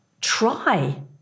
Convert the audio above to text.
try